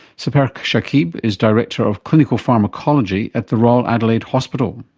sepehr shakib is director of clinical pharmacology at the royal adelaide hospital.